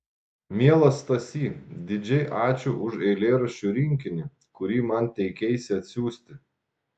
mielas stasy didžiai ačiū už eilėraščių rinkinį kurį man teikeisi atsiųsti